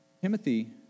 Timothy